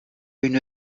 une